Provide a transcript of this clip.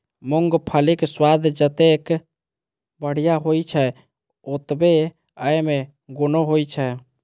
मूंगफलीक स्वाद जतेक बढ़िया होइ छै, ओतबे अय मे गुणो होइ छै